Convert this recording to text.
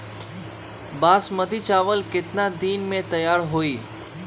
बासमती चावल केतना दिन में तयार होई?